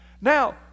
Now